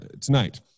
tonight